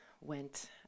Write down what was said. went